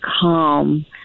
calm